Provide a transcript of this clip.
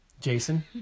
Jason